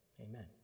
Amen